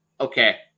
okay